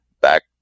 back